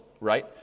right